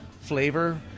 flavor